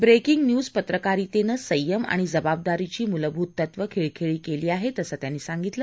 breaking news पत्रकारितेनं संयम आणि जबाबदारीची मूलभूत तत्व खिळखिळी केली आहेत असं त्यांनी सांगितलं